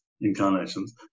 incarnations